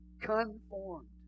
Conformed